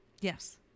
Yes